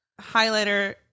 highlighter